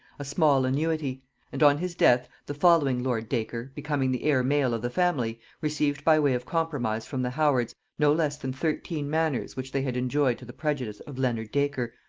a small annuity and on his death the following lord dacre, becoming the heir male of the family, received by way of compromise from the howards no less than thirteen manors which they had enjoyed to the prejudice of leonard dacre,